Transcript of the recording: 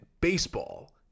baseball